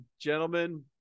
Gentlemen